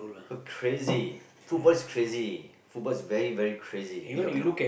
crazy football is crazy football is very very crazy you don't know